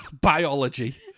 biology